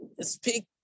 speak